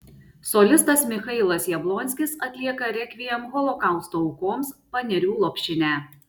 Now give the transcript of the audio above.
solistas michailas jablonskis atlieka rekviem holokausto aukoms panerių lopšinę